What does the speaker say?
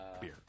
beer